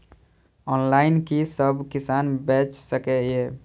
Online कि सब किसान बैच सके ये?